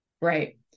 Right